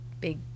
big